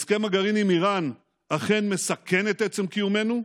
הסכם הגרעין עם איראן אכן מסכן את עצם קיומנו,